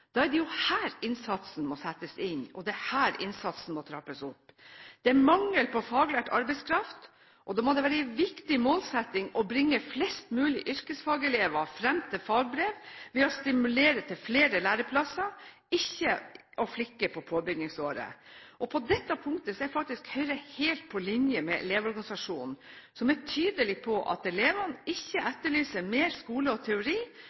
Da er det jo her innsatsen må settes inn, og det er her innsatsen må trappes opp. Det er mangel på faglært arbeidskraft, og da må det være en viktig målsetting å bringe flest mulig yrkesfagelever fram til fagbrev ved å stimulere til flere læreplasser – ikke å flikke på påbyggingsåret. På dette punktet er Høyre helt på linje med Elevorganisasjonen, som er tydelig på at elevene ikke etterlyser mer skole og teori,